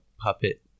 puppet